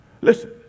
Listen